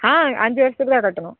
ஆ அஞ்சு வர்ஷத்துக்குள்ளே கட்டணும்